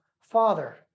Father